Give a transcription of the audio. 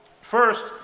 First